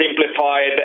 simplified